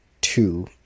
two